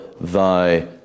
thy